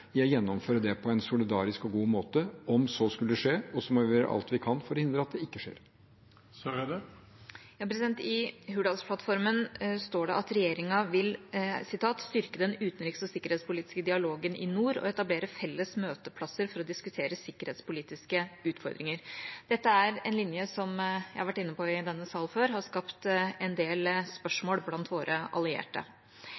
gjennomføre det på en solidarisk og god måte om så skulle skje, og så må vi gjøre alt vi kan for å hindre at det skjer. Det blir oppfølgingsspørsmål – Ine Eriksen Søreide. I Hurdalsplattformen står det at regjeringa vil «styrke den utenriks- og sikkerhetspolitiske dialogen i nord og etablere felles møteplasser for å diskutere sikkerhetspolitiske utfordringer». Dette er en linje som – som jeg har vært inne på i denne salen før – har skapt en del